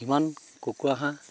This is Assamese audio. ইমান কুকুৰা হাঁহ